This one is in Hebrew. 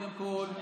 קודם כול,